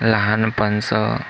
लहानपणचं